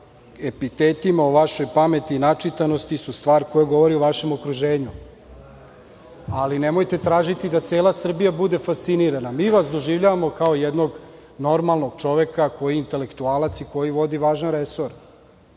epitetima u vašoj pameti, načitanosti su stvar koja govori o vašem okruženju, ali nemojte tražiti da cela Srbija bude fascinirana. Mi vas doživljavamo kao jednog normalnog čoveka koji je intelektualac koji vodi važan resor